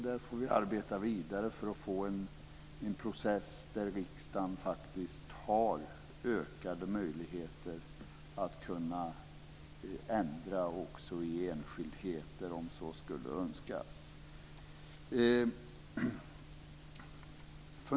Där får vi arbeta vidare för att få en process där riksdagen har ökade möjligheter att ändra också i enskildheter, om så skulle önskas.